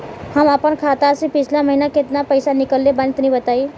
हम आपन खाता से पिछला महीना केतना पईसा निकलने बानि तनि बताईं?